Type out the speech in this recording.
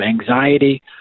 anxiety